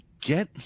get